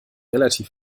relativ